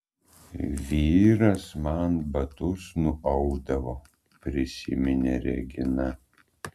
vyras man batus nuaudavo prisiminė regina